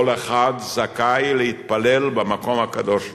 כל אחד זכאי להתפלל במקום הקדוש לו,